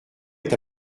est